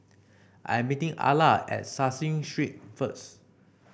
I'm meeting Alla at Caseen Street first